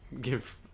give